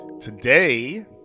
Today